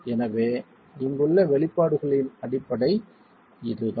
எனவே இங்குள்ள வெளிப்பாடுகளின் அடிப்படை இதுதான்